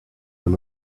been